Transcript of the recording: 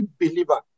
believer